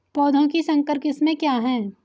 पौधों की संकर किस्में क्या हैं?